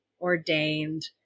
ordained